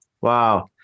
Wow